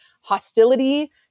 hostility